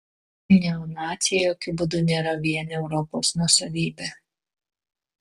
neonaciai jokiu būdu nėra vien europos nuosavybė